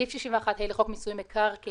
סעיף 61(ה) לחוק מיסוי מקרקעין